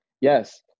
yes